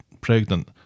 pregnant